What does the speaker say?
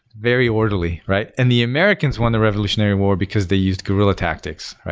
very orderly, right? and the americans won the revolutionary war because they used guerrilla tactics.